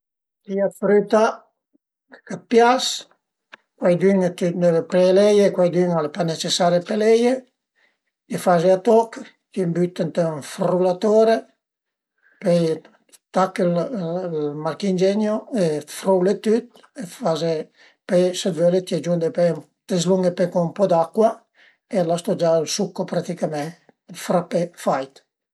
Pìe la früta ch'a t'pias, cuaidüne deve pelele, cuaidüne al e pa necesari peleie, i faze a toch, t'ie büte ën ün frullatore, pöi tache ël marchingegno e früle tüt e faze, pöi se völe ti agiunte pöi të slunghe pöi cun ën po d'acua e l'astu gia ël succo praticament ël frappé fait